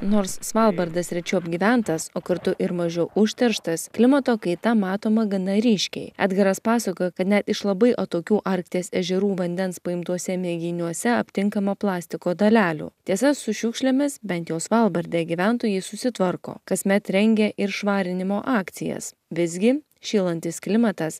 nors svalbardas rečiau apgyventas o kartu ir mažiau užterštas klimato kaita matoma gana ryškiai edgaras pasakojo kad ne iš labai atokių arkties ežerų vandens paimtuose mėginiuose aptinkama plastiko dalelių tiesa su šiukšlėmis bent jau svalbarde gyventojai susitvarko kasmet rengia ir švarinimo akcijas visgi šylantis klimatas